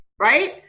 right